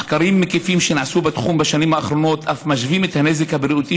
מחקרים מקיפים שנעשו בתחום בשנים האחרונות אף משווים את הנזק הבריאותי